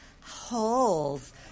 holes